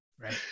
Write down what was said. right